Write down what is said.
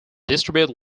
distribute